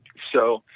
so,